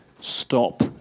Stop